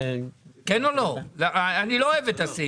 אני לא אוהב את הסעיף הזה.